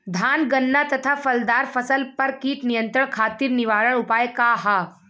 धान गन्ना तथा फलदार फसल पर कीट नियंत्रण खातीर निवारण उपाय का ह?